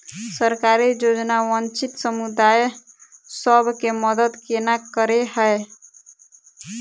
सरकारी योजना वंचित समुदाय सब केँ मदद केना करे है?